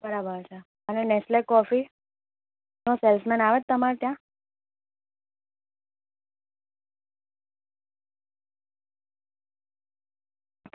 બરાબર છે અને નેસ્લે કોફી નો સેલ્સમેન આવે છે તમારે ત્યાં